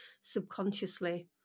subconsciously